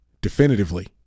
definitively